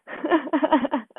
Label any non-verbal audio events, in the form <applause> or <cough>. <laughs>